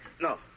No